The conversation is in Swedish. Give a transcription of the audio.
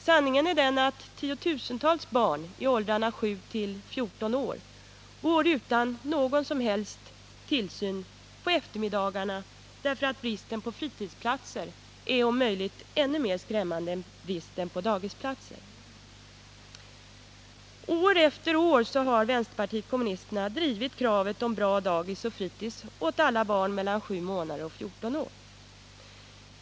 Sanningen är den att tiotusentals barn i åldrarna 7-14 år går utan någon som helst tillsyn på eftermiddagarna därför att bristen på fritidshemsplatser är om möjligt ännu mer skrämmande än bristen på daghemsplatser. År efter år har vpk drivit kravet på bra daghem och fritidshem åt alla barn mellan sju månader och 14 år.